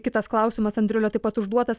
kitas klausimas andrulio taip pat užduotas